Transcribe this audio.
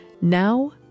Now